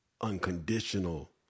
unconditional